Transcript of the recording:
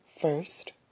first